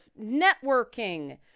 networking